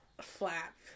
flap